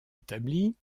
établi